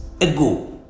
ago